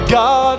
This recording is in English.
God